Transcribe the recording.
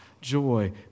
joy